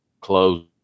close